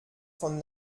von